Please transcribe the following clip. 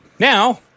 Now